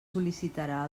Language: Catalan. sol·licitarà